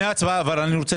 אבל לפני ההצבעה אני רוצה